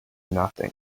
nothing